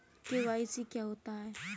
KYC क्या होता है?